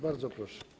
Bardzo proszę.